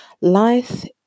life